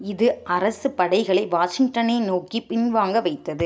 இது அரசுப் படைகளை வாஷிங்டனை நோக்கிப் பின்வாங்க வைத்தது